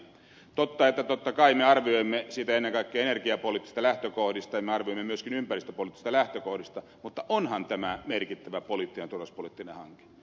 totta että totta kai me arvioimme sitä ennen kaikkea energiapoliittisista lähtökohdista ja me arvioimme myöskin ympäristöpoliittisista lähtökohdista mutta onhan tämä merkittävä poliittinen ja turvallisuuspoliittinen hanke